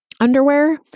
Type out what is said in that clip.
underwear